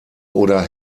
oder